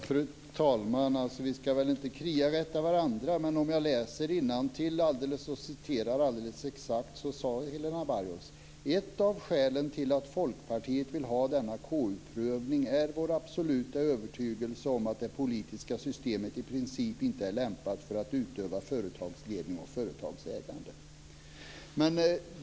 Fru talman! Vi ska väl inte kriarätta varandra. Men om jag läser innantill och citerar alldeles exakt så sade Helena Bargholtz: "Ett av skälen till att Folkpartiet vill ha denna KU-prövning är vår absoluta övertygelse om att det politiska systemet i princip inte är lämpat för att utöva företagsledning och företagsägande."